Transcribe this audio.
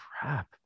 crap